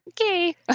okay